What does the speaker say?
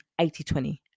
80-20